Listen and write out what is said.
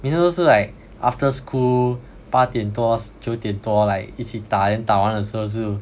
每次都是 like after school 八点多九点多 like 一起打 then 打完的时候就